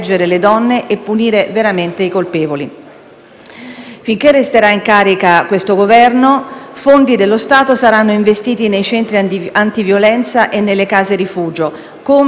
Finché resterà in carica questo Governo, fondi dello Stato saranno investiti nei centri antiviolenza e nelle case rifugio, come da riparto stabilito assieme alle Regioni,